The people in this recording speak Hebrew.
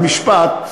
המשפט: